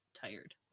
tired